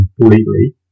completely